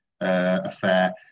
affair